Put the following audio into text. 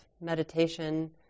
meditation